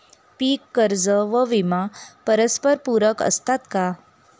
पीक कर्ज व विमा परस्परपूरक असतात का?